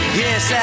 yes